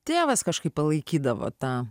tėvas kažkaip palaikydavo tą